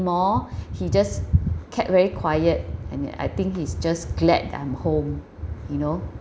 he just kept very quiet and I think he's just glad that I'm home you know